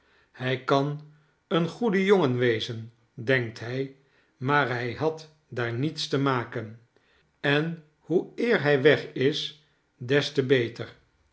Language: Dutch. hij kan een goede jongen wezen denkt hij maar hij had daar niets te maken en hoe eer hij weg is des te beter